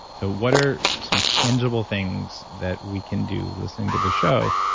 so what are some tangible things that we can do listening to this show?